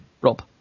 Rob